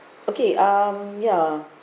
okay um yeah